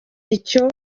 icyo